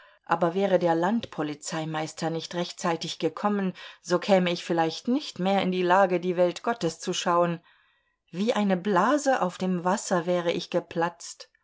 aber wäre der landpolizeimeister nicht rechtzeitig gekommen so käme ich vielleicht nicht mehr in die lage die welt gottes zu schauen wie eine blase auf dem wasser wäre ich geplatzt